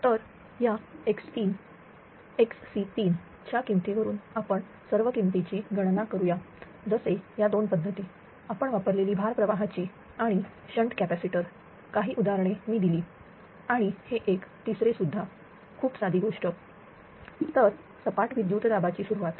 तर या x3 xC3 च्या किमती वरून आपण सर्व किमती ची गणना करूया जसे या दोन पद्धती आपण वापरलेली भार प्रवाहाची आणि आणि शंट कॅपॅसिटर काही उदाहरणे मी दिली आणि आणि हे एक तिसरे सुद्धाखूप साधी गोष्ट तर सपाट विद्युत दाबाची सुरुवात